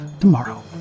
tomorrow